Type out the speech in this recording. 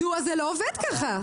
זה לא עובד ככה.